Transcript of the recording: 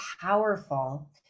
powerful